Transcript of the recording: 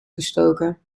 gestoken